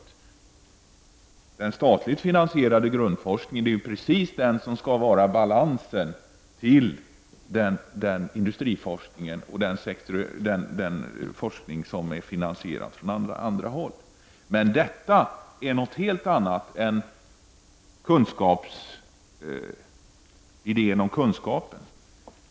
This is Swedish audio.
Det är den statligt finansierade grundforskningen som skall balansera industriforskningen och den forskning som finansieras från andra håll. Detta är något helt annat än idén om kunskapen.